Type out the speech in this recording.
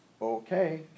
okay